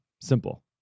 Simple